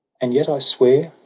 and yet, i swear,